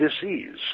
disease